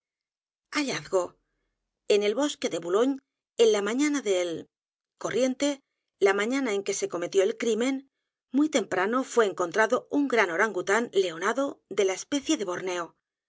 hallazgo enelbosque de boulogne en la mañana del corriente la mañana en que se cometió el crimen muy temprano fué encontrado un gran orangután leonado de la especie de borneo